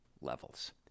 levels